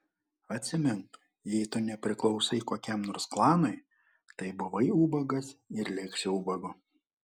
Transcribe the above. atsimink jei tu nepriklausai kokiam nors klanui tai buvai ubagas ir liksi ubagu